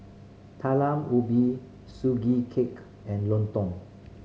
Talam Ubi Sugee Cake and lontong